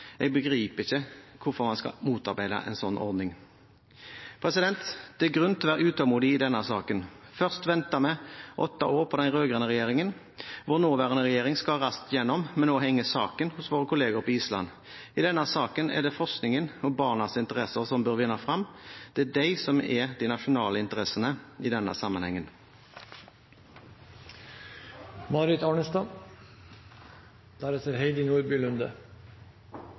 Jeg begriper ikke hvorfor en skal motarbeide en slik ordning. Det er grunn til å være utålmodig i denne saken. Først ventet vi åtte år på den rød-grønne regjeringen. Vår nåværende regjering skar raskt gjennom, men nå henger saken hos våre kolleger på Island. I denne saken er det forskningen og barnas interesser som bør vinne frem. Det er de som er de nasjonale interessene i denne